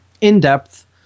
in-depth